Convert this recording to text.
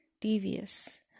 devious